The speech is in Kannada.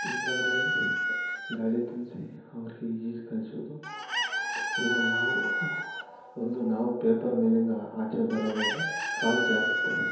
ಇಂಥದ್ರಲ್ಲಿ ಗಾಳಿ ತುಂಬಿಸಿ ಅವ್ರಿಗೆ ಈಜು ಕಲಿಸೋದು ಇಲ್ಲ ನಾವು ಒಂದು ನಾವು ಪೇಪರ್ ಮೇಲಿಂದ ಆಚೆ ಬರೋವಾಗ ಕಾಲು ಜಾರುತ್ತೆ